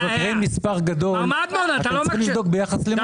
מספר גדול, אתם צריכים לבדוק ביחס למה.